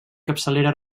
capçalera